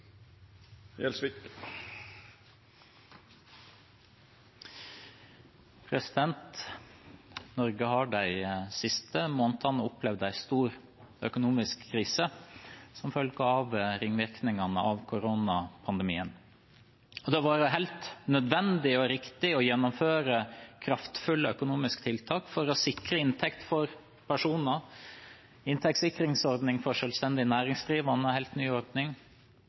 Norge har de siste månedene opplevd en stor økonomisk krise som følge av ringvirkningene av koronapandemien. Det var helt nødvendig og riktig å gjennomføre kraftfulle økonomiske tiltak for å sikre inntekt for personer – inntektssikringsordning for selvstendig næringsdrivende var en helt ny ordning